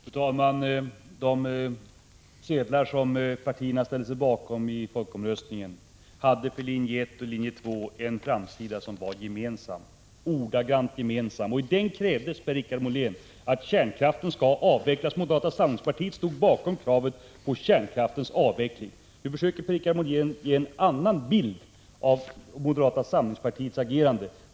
Fru talman! På de sedlar som partierna ställde sig bakom i folkomröstningen hade linje 1 och linje 2 en framsida som var ordagrant gemensam. Där krävdes, Per-Richard Molén, att kärnkraften skulle avvecklas. Moderata samlingspartiet stod bakom kravet på kärnkraftsavvecklingen. Nu försöker Per-Richard Molén ge en annan bild av moderata samlingspartiets agerande.